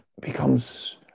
becomes